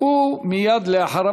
ובאמת שותף לתפיסת העולם שלי.